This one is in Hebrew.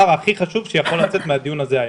הכי חשוב שיכול לצאת מהדיון הזה היום.